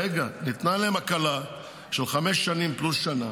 רגע, ניתנה להם הקלה של חמש שנים פלוס שנה,